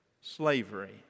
Slavery